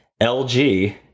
LG